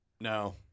No